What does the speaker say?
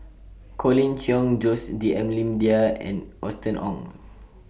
Colin Cheong Jose D'almeida and Austen Ong